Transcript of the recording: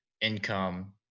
income